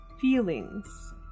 feelings